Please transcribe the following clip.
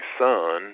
son